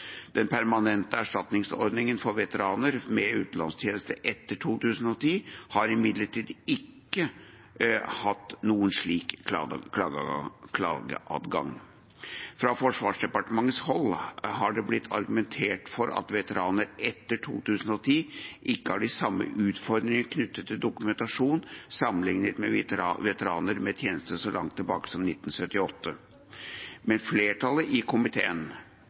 Den permanente erstatningsordningen for veteraner med utenlandstjeneste etter 2010 har imidlertid ikke hatt noen slik klageadgang. Fra Forsvarsdepartementets hold har det blitt argumentert med at veteraner etter 2010 ikke har de samme utfordringene knyttet til dokumentasjon som veteraner med tjeneste så langt tilbake som 1978. Men flertallet i komiteen